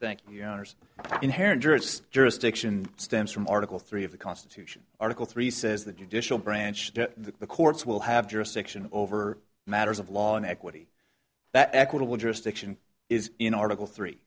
thank you owners inherent jurisdiction stems from article three of the constitution article three says the judicial branch to the courts will have jurisdiction over matters of law in equity that equitable jurisdiction is in article three